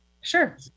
Sure